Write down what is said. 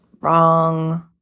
wrong